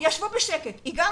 אבל זה לא קרה, ישבו בשקט, והגענו